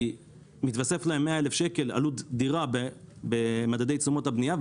כי מתווסף להם 100 אלף שקל עלות דירה במדדי תשומות הבנייה,